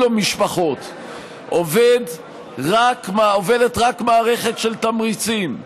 המשפחות עובדת רק מערכת של תמריצים,